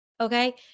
Okay